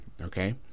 okay